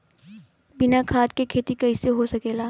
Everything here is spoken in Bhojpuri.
बिना खाद के खेती कइसे हो सकेला?